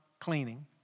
cleaning